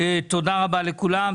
תודה רבה לכולם.